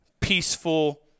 peaceful